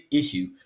issue